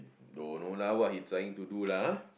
don't know lah why he trying to do lah